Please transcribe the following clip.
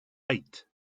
eight